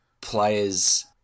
players